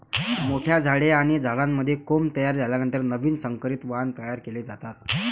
मोठ्या झाडे आणि झाडांमध्ये कोंब तयार झाल्यानंतर नवीन संकरित वाण तयार केले जातात